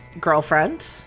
girlfriend